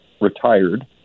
retired